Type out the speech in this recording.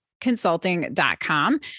consulting.com